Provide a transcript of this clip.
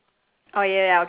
oh like like